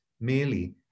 merely